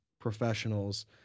professionals